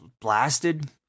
blasted